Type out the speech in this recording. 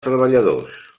treballadors